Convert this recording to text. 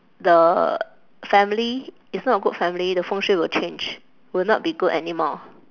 the family is not a good family the 风水 will change will not be good anymore